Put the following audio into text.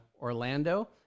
Orlando